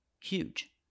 huge